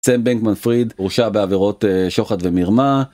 סם בנקמן פריד הורשע בעבירות שוחד ומרמה.